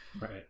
Right